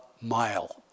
mile